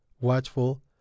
watchful